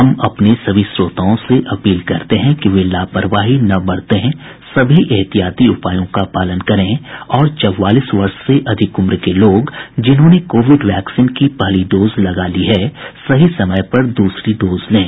हम अपने सभी श्रोताओं से अपील करते हैं कि वे लापरवाही न बरतें सभी एहतियाती उपायों का पालन करें और चौवालीस वर्ष से अधिक उम्र के लोग जिन्होंने कोविड वैक्सीन की पहली डोज लगा ली है सही समय पर दूसरी डोज लें